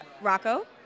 Rocco